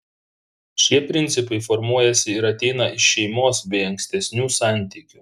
šie principai formuojasi ir ateina iš šeimos bei ankstesnių santykių